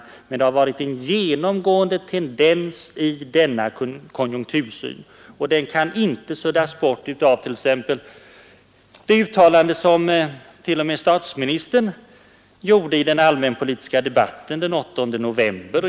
Bara en viss del av framtiden kan överblickas. I fråga om den har tendensen i konjunktursynen hos oppositionen varit genomgående och kan inte suddas bort av sådana uttalanden som t.ex. det som statsministern gjorde i den allmänpolitiska debatten den 8 november.